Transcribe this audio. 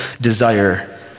desire